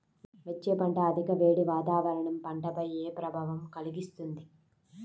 మిర్చి పంట అధిక వేడి వాతావరణం పంటపై ఏ ప్రభావం కలిగిస్తుంది?